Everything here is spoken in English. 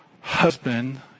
husband